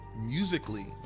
musically